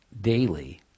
daily